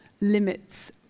limits